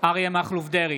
אריה מכלוף דרעי,